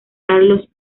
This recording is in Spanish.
carlos